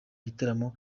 gitaramo